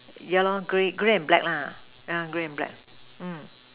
yeah lor grey grey and black lah yeah grey and black mm